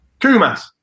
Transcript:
Kumas